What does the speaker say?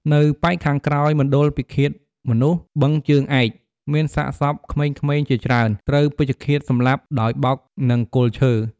នៅប៉ែកខាងក្រោយមណ្ឌលពិឃាតមនុស្ស បឹងជើងឯក មានសាកសពក្មេងៗជាច្រើន ត្រូវពេជ្ឈឃាតសម្លាប់ដោយបោកនឹងគល់ឈើ